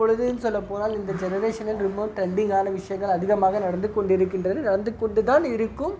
இப்பொழுதும் சொல்ல போனால் இந்த ஜெனரேஷனில் ரொம்ப டிரெண்டிங்கான விஷயங்கள் அதிகமாக நடந்து கொண்டு இருக்கின்றது நடந்து கொண்டுதான் இருக்கும்